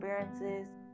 experiences